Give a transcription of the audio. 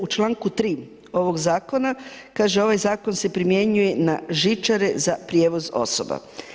U članku 3. ovog zakona kaže: Ovaj zakon se primjenjuje na žičare za prijevoz osoba.